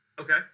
Okay